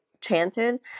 chanted